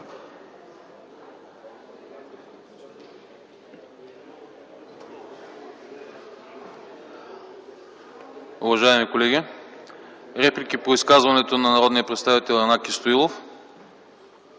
Уважаеми колеги, реплики по изказването на народния представител Янаки Стоилов?